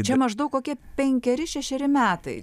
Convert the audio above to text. čia maždaug kokie penkeri šešeri metai